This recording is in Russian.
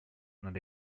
над